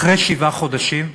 אחרי שבעה חודשים,